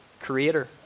creator